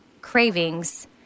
cravings